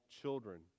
children